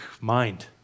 mind